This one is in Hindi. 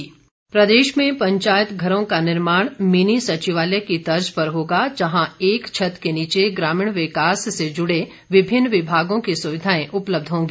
वीरेन्द्र कंवर प्रदेश में पंचायत घरों का निर्माण मिनी सचिवालय की तर्ज पर होगा जहां एक छत के नीचे ग्रामीण विकास से जुड़े विभिन्न विभागों की सुविधाएं उपलब्ध होगी